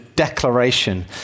declaration